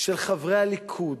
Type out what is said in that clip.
של חברי הליכוד